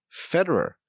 Federer